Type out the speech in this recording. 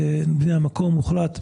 אחת,